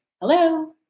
hello